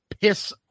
piss